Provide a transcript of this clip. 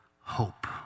hope